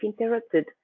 Interrupted